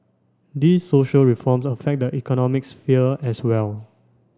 these social reform affect the economic sphere as well